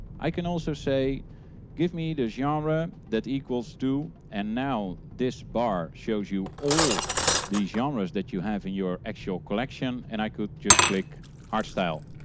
i can also say give me the genre that equals to. and now this pulldown shows you all the genres that you have in your actual collection and i could just click hardstyle.